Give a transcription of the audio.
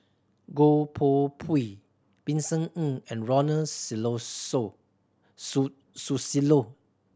Goh Koh Pui Vincent Ng and Ronald So Susilo